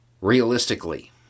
Realistically